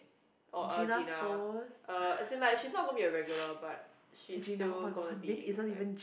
oh uh Gina uh as in like she's not gonna be a regular but she's still gonna be inside